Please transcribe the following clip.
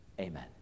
Amen